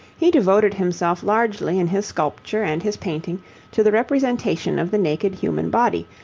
he devoted himself largely in his sculpture and his painting to the representation of the naked human body,